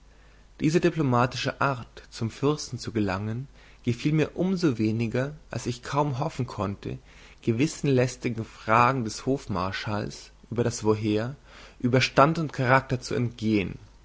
diese diplomatische art zum fürsten zu gelangen gefiel mir um so weniger als ich kaum hoffen konnte gewissen lästigen fragen des hofmarschalls über das woher über stand und charakter zu entgehen